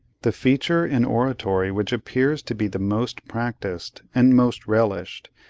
the feature in oratory which appears to be the most practised, and most relished,